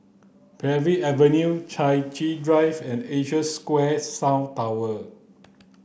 Parbury Avenue Chai Chee Drive and Asia Square South Tower